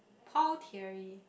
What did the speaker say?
pao theory